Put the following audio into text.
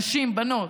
נשים, בנות,